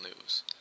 news